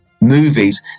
movies